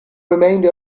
remained